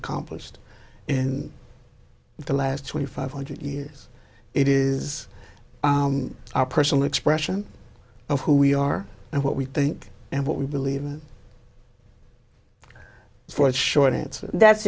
ccomplished in the last twenty five hundred years it is our personal expression of who we are and what we think and what we believe for a short answer that's